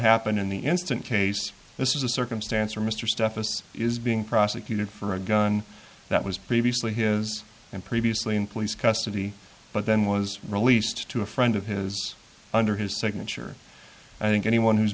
happened in the instant case this is a circumstance where mr stuff us is being prosecuted for a gun that was previously his and previously in police custody but then was released to a friend of his under his signature i think anyone who's